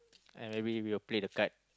and we we'll play the card